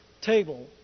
table